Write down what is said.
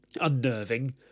unnerving